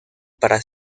para